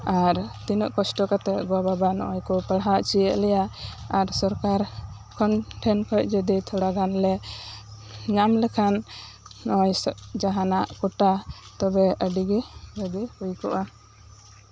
ᱟᱨ ᱛᱤᱱᱟᱹᱜ ᱠᱚᱥᱴᱚ ᱠᱟᱛᱮᱫ ᱜᱚ ᱵᱟᱵᱟ ᱱᱚᱜᱚᱭ ᱠᱩ ᱯᱟᱲᱦᱟᱣ ᱩᱪᱩᱭᱮᱫ ᱞᱮᱭᱟ ᱟᱨ ᱥᱚᱨᱠᱟᱨ ᱠᱷᱚᱱ ᱴᱷᱮᱱ ᱡᱚᱫᱤ ᱛᱷᱚᱲᱟ ᱜᱟᱱᱞᱮ ᱧᱟᱢ ᱞᱮᱠᱷᱟᱱ ᱱᱚᱜᱚᱭ ᱡᱟᱦᱟᱱᱟᱜ ᱠᱚᱴᱟ ᱛᱚᱵᱮ ᱟᱹᱰᱤᱜᱤ ᱵᱷᱟᱹᱜᱤ ᱦᱩᱭ ᱠᱚᱜᱼᱟ